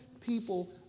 people